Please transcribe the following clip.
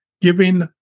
giving